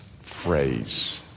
phrase